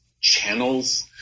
channels